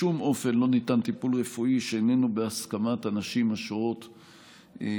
בשום אופן לא ניתן טיפול רפואי שאיננו בהסכמת הנשים השוהות במקום.